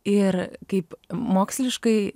ir kaip moksliškai